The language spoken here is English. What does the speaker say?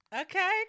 Okay